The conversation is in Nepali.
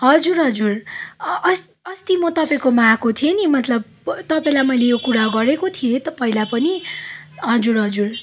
हजुर हजुर अ अस्ति म तपाईँकोमा आएको थिएँ नि मतलब तपाईँलाई मैले यो कुरा गरेको थिएँ त पैला पनि हजुर हजुर